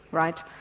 right?